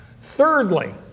Thirdly